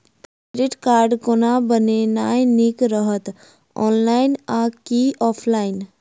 Credit card कोना बनेनाय नीक रहत? ऑनलाइन आ की ऑफलाइन?